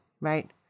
Right